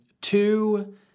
two